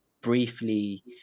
briefly